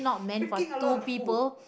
freaking a lot of food